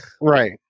Right